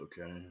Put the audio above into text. okay